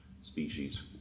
species